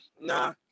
nah